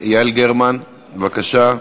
יעל גרמן, בבקשה.